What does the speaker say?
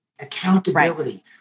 accountability